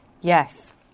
Yes